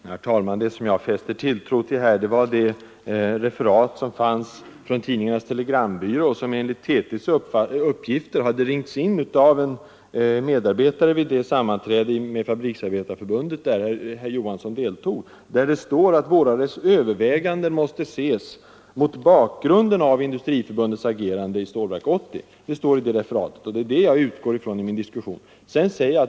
Herr talman! Det jag fäster tilltro till, är det referat från Tidningarnas Telegrambyrå som enligt TT:s uppgifter hade ringts in från det sammanträde med Fabriksarbetareförbundet där herr Johansson deltog. I detta referat heter det: ”Våra överväganden måste ses mot bakgrunden av Industriförbundets agerande i Stålverk 80.” Det är detta jag utgår från i min diskussion.